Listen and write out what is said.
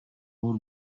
w’u